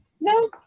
no